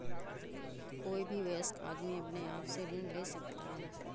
कोई भी वयस्क आदमी अपने आप से ऋण ले सकता है